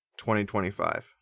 2025